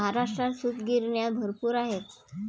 महाराष्ट्रात सूतगिरण्या भरपूर आहेत